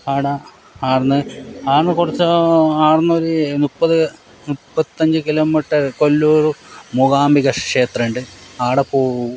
ആടെ ആട്ന്ന് ആട്ന്ന് കൊടുത്ത ആടന്നൊരു മുപ്പത് മുപ്പത്തഞ്ച് കിലോമീറ്റർ കൊല്ലൂർ മൂകാംബിക ക്ഷേത്രമുണ്ട് ആടെ പോകും